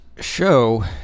show